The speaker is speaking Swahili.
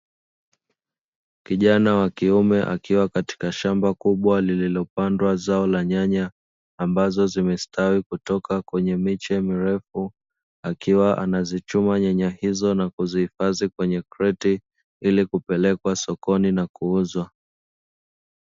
Kijana wa kiume akiwa katika shamba kubwa lililo mpandwa zao la nyanya ambazo zimestawi, kutoka kwenye miche mirefu akiwa anazaichuma nyanya hizo nakuzihifadhi kwenye kreti ili kupelekwa sokoni na kuuzwa.